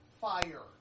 fire